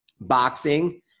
boxing